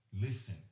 Listen